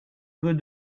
creux